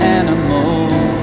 animals